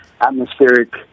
Atmospheric